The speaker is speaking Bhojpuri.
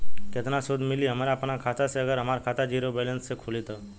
केतना सूद मिली हमरा अपना खाता से अगर हमार खाता ज़ीरो बैलेंस से खुली तब?